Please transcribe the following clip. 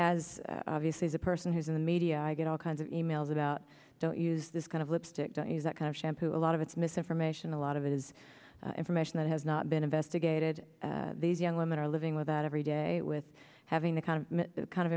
as obvious as a person who's in the media i get all kinds of e mails about don't use this kind of lipstick don't use that kind of shampoo a lot of it's misinformation a lot of it is information that has not been investigated these young women are living with that every day with having the kind of the kind of